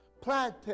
planted